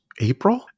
April